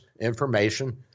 information